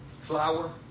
flour